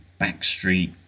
backstreet